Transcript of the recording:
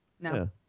No